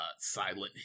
Silent